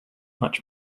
much